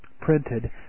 printed